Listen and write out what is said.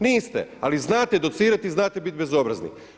Niste ali znate docirati i znate biti bezobrazni.